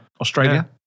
Australia